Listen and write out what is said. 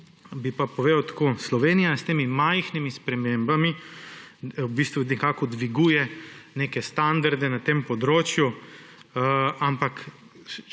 Bi pa povedal tako; Slovenija s temi majhnimi spremembami v bistvu nekako dviguje neke standarde na tem področju, ampak